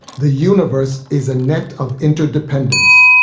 the universe is a net of interdependence.